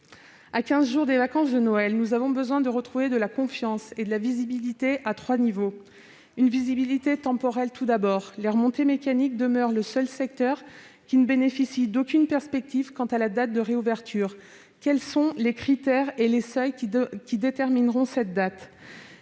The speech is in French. jours des vacances de Noël, nous avons besoin de retrouver de la confiance et de la visibilité, à trois points de vue. Nous avons besoin, tout d'abord, d'une visibilité temporelle : les remontées mécaniques demeurent le seul secteur qui ne bénéficie d'aucune perspective quant à la date de réouverture. Quels sont les critères et les seuils qui détermineront cette date ?